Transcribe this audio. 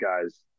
guys